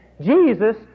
Jesus